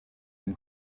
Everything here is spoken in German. dem